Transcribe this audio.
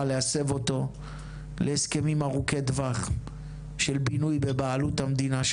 להסב אותו להסכמים ארוכי טווח של בינוי בבעלות המדינה,